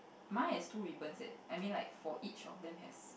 mine has two ribbons eh I mean like for each of them has